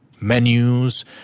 menus